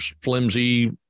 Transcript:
flimsy